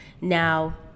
Now